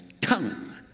tongue